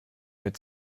mit